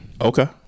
okay